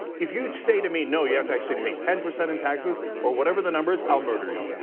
if you say to me no, you have to actually pay ten percent in taxes or whatever the number is, i'll murder you.